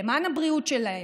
למען הבריאות שלהם,